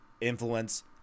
influence